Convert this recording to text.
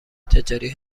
تجاری